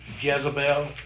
Jezebel